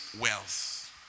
wealth